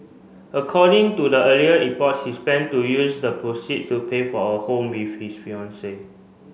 according to the earlier reports he to use the proceed to pay for a home with his fiancee